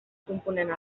component